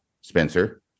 Spencer